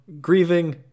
grieving